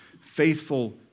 faithful